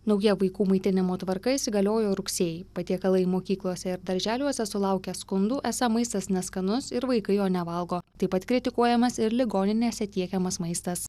nauja vaikų maitinimo tvarka įsigaliojo rugsėjį patiekalai mokyklose ir darželiuose sulaukia skundų esą maistas neskanus ir vaikai jo nevalgo taip pat kritikuojamas ir ligoninėse tiekiamas maistas